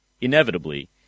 Inevitably